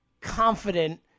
confident